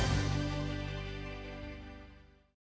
Дякую